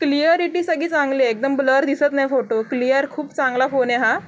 clarity सगळी चांगली आहे एकदम ब्लर दिसत नाही फोटो क्लिअर खूप चांगला फोन आहे हा